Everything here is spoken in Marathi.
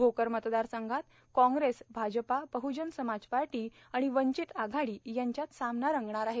भोकर मतदारसंघात काँग्रेस भाजपा बहजन समाज पार्टी आणि वंचित आघाडी यांच्यात सामना रंगत आहे